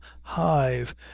hive